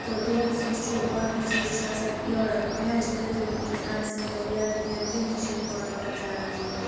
تہٕ بیٚیہِ یُس یہِ چھِ باقٕے چیٖز چھُ آسان یورٕ میجِکہٕ تِم آسن تِم وینہٕ پینہٕ تِم تہِ چھِنہٕ یور پَکان زیادٕ کینٛہہ